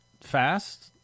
fast